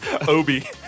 obi